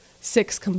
six